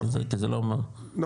זה 2020. 82% כן?